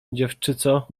dziewczyco